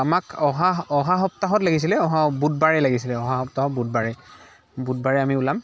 আমাক অহা অহা সপ্তাহত লাগিছিলে অহা বুধবাৰে লাগিছিলে অহা সপ্তাহৰ বুধবাৰে বুধবাৰে আমি ওলাম